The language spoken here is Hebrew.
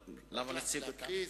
לא, למה להציג אותם?